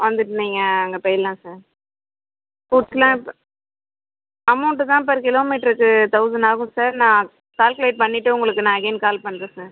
வந்துவிட்டு நீங்கள் அங்கே போய்ர்லாம் சார் ஃபுட்ஸ்லாம் இப்போ அமௌன்ட்டு தான் பர் கிலோமீட்டருக்கு தொளசண்ட் ஆகும் சார் நான் கால்குலேட் பண்ணிவிட்டு உங்களுக்கு நான் அகெய்ன் கால் பண்ணுறேன் சார்